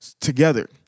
together